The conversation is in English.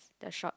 the short